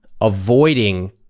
avoiding